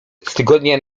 tygodnia